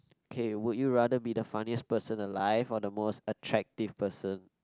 okay would you rather be the funniest person alive or the most attractive person